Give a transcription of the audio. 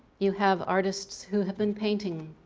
you have artists who have been painting